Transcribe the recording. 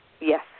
Yes